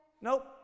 Nope